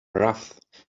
rough